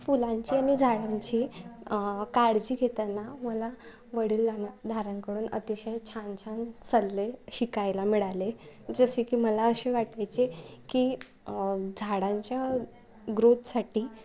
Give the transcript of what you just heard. फुलांची आणि झाडांची काळजी घेताना मला वडीलधाना धाऱ्यांकडून अतिशय छान छान सल्ले शिकायला मिळाले जसे की मला असे वाटायचे की झाडांच्या ग्रोथसाठी